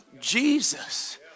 jesus